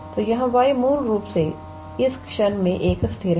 तो यहाँ y मूल रूप से इस क्षण में एक स्थिर है